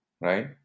Right